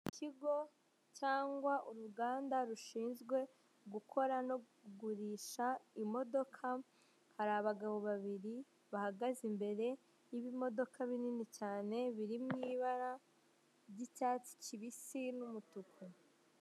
Ikigo cyangwa uruganda rushinzwe gukora no kugirisha imodoka, hari abagabo babiri bahagaze imbere y'ibimodoka binini cyane biri mu ibara ry'icyatsi kibisi n'umutuku.